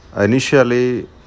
initially